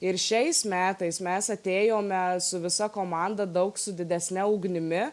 ir šiais metais mes atėjome su visa komanda daug su didesne ugnimi